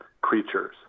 creatures